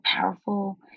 powerful